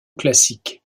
classique